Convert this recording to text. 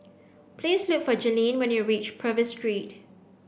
please look for Jaylene when you reach Purvis Street